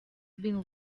been